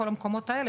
בכל המקומות האלה,